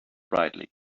brightly